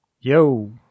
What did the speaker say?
Yo